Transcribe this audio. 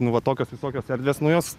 nu va tokios visokios erdvės nu jos